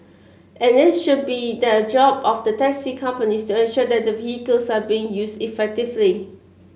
and it should be the job of the taxi companies to ensure that the vehicles are being used effectively